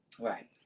Right